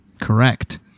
Correct